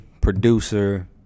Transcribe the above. producer